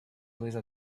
little